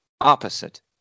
opposite